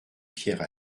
pierres